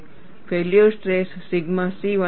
failure stress sigma c1 હશે